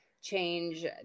change